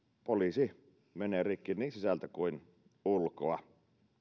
poliisi menee rikki niin sisältä kuin ulkoa